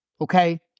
Okay